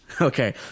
Okay